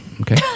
Okay